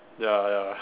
ya ya